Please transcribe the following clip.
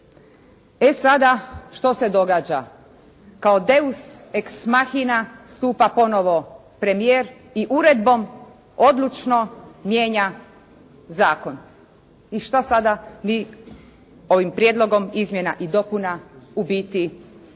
E sada što se događa? Kao «deus ex machina» stupa ponovo premijer i uredbom odlučno mijenja zakon. I što sada mi ovim Prijedlogom izmjena i dopuna u biti